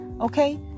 Okay